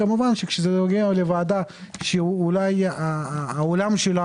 כמובן שזה נוגע לוועדה שאולי העולם שלה